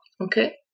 Okay